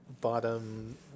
Bottom